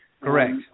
Correct